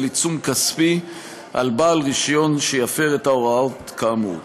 עיצום כספי על בעל רישיון שיפר את ההוראה כאמור.